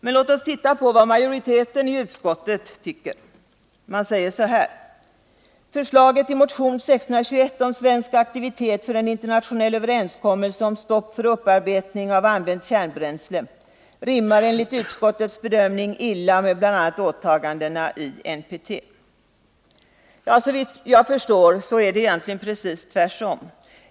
Men låt oss titta på vad majoriteten i utskottet tycker: ”Förslaget i motion 1621 om svensk aktivitet för en internationell överenskommelse om stopp för upparbetning av använt kärnbränsle rimmar enligt utskottets bedömning illa med bl.a. åtagandena i NPT.” Såvitt jag förstår är det egentligen precis tvärtom.